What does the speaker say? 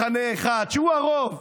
מחנה אחד שהוא הרוב,